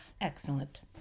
Excellent